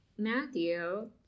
Matthew